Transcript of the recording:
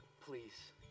please